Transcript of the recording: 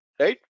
right